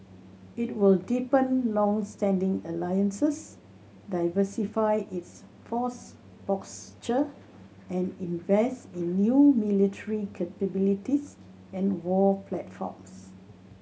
it will deepen longstanding alliances diversify its force posture and invest in new military capabilities and war platforms